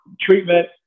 treatment